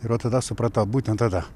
ir va tada supratau būtent tada